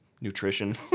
nutrition